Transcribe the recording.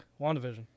WandaVision